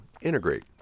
Integrate